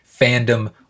fandom